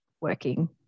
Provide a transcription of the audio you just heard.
working